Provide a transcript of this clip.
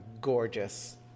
gorgeous